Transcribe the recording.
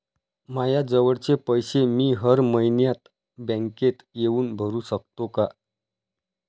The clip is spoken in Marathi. मायाजवळचे पैसे मी हर मइन्यात बँकेत येऊन भरू सकतो का?